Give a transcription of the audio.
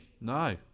no